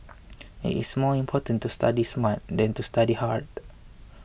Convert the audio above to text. it's more important to study smart than to study hard